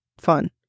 fun